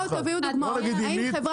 בוא נגיד רגע רגע,